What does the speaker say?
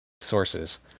sources